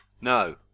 No